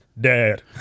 Dad